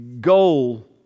goal